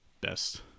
best